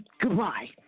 Goodbye